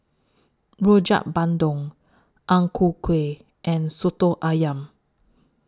Rojak Bandung Ang Ku Kueh and Soto Ayam